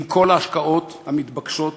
עם כל ההשקעות המתבקשות בכך.